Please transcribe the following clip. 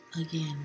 Again